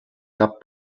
cap